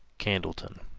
candleton